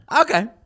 Okay